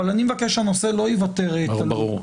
אבל אני מבקש שהנושא לא ייוותר תלוי.